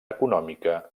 econòmica